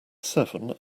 seven